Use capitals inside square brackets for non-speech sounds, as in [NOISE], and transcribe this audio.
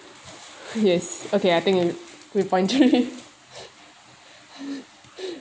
yes okay I think [NOISE] we pointed [LAUGHS] already